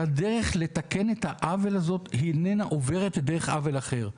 הדרך לתקן את העוול הזה, איננה עוברת בעוול אחר.